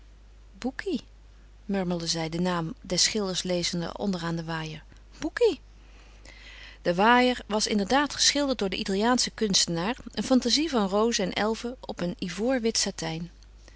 murmelde zij den naam des schilders lezende onder aan den waaier bucchi de waaier was inderdaad geschilderd door den italiaanschen kunstenaar een fantazie van rozen en elven op ivoorwit satijn